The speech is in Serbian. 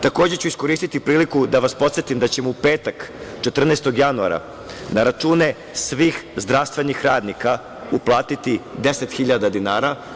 Takođe ću iskoristiti priliku da vas podsetim da ćemo u petak 14. januara na račune svih zdravstvenih radnika uplatiti 10.000 dinara.